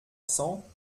cents